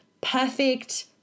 perfect